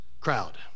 crowd